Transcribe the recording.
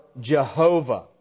Jehovah